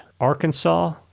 Arkansas